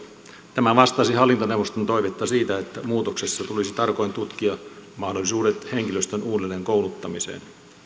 tämä vastasi hallintoneuvoston toivetta siitä että muutoksessa tulisi tarkoin tutkia mahdollisuudet henkilöstön uudelleenkouluttamiseen